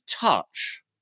touch